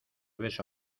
beso